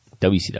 WCW